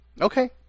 Okay